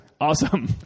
Awesome